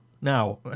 Now